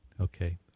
Okay